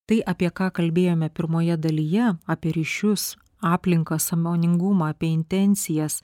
tai apie ką kalbėjome pirmoje dalyje apie ryšius aplinką sąmoningumą apie intencijas